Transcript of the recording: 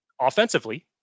Offensively